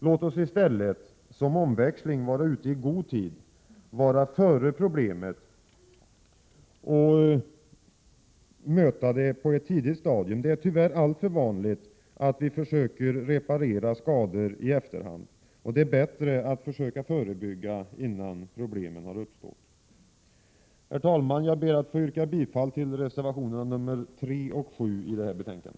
Låt oss i stället — som omväxling — vara ute i god tid, vara före problemet och möta det på ett tidigt stadium! Det är tyvärr alltför vanligt att vi försöker reparera skador i efterhand. Det är bättre att försöka förebygga innan problemen har uppstått. Herr talman! Jag yrkar bifall till reservationerna 3 och 7 i detta betänkande.